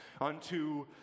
unto